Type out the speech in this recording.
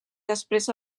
després